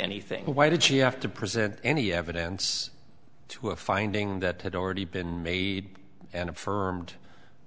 anything why did she have to present any evidence to a finding that had already been made and affirmed